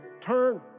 turn